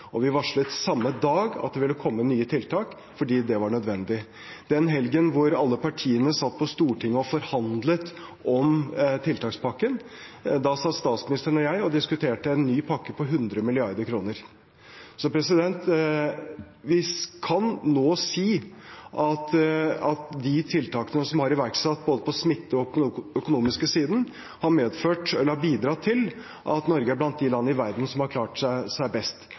Vi varslet samme dag at det ville komme nye tiltak fordi det var nødvendig. Den helgen da alle partiene satt på Stortinget og forhandlet om tiltakspakken, satt statsministeren og jeg og diskuterte en ny pakke på 100 mrd. kr. Vi kan nå si at de tiltakene som er iverksatt både på smitte og på den økonomiske siden, har bidratt til at Norge er blant de land i verden som har klart seg best.